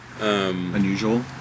Unusual